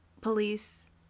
police